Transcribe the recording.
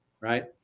right